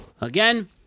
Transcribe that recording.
again